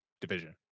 Division